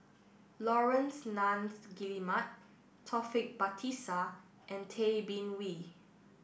Laurence Nunns Guillemard Taufik Batisah and Tay Bin Wee